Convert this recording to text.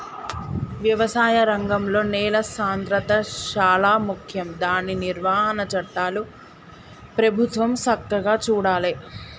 వ్యవసాయ రంగంలో నేల సాంద్రత శాలా ముఖ్యం దాని నిర్వహణ చట్టాలు ప్రభుత్వం సక్కగా చూడాలే